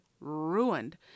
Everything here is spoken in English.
ruined